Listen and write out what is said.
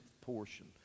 portion